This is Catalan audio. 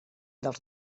dels